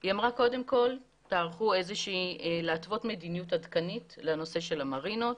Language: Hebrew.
היא אמרה שקודם כל צריך להתוות מדיניות עדכנית לנושא של המרינות,